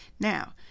Now